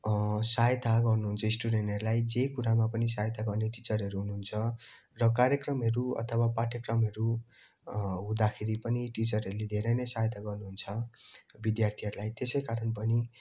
सहायता गर्नु हुन्छ स्टुडेन्टहरूलाई जे कुरामा पनि सहायता गर्ने टिचरहरू हुनु हुन्छ र कार्यक्रमहरू अथवा पाठ्यक्रमहरू हुँदाखेरि पनि टिचरहरूले धेरै नै सहायता गर्नु हुन्छ विद्यार्थीहरूलाई त्यसै कारण पनि